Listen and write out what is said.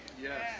Yes